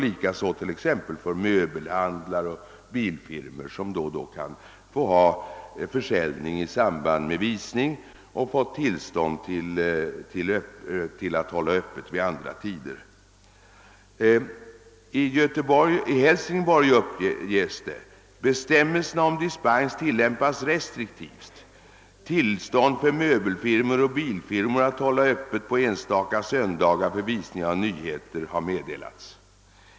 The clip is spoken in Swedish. Likaså kan t.ex. möbelhandlare och bilfirmor då och då anordna försäljning i samband med visning och få tillstånd att hålla öppet på andra tider. I Hälsingborg tillämpas bestämmelserna om dispens restriktivt. Tillstånd för möbelfirmor och bilfirmor att hålla öppet enstaka söndagar för visning av nyheter har meddelats.